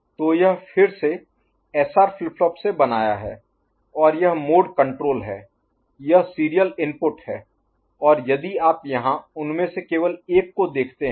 तो यह फिर से SR फ्लिप फ्लॉप से बनाया गया है और यह मोड कण्ट्रोल है यह सीरियल इनपुट है और यदि आप यहां उनमें से केवल एक को देखते हैं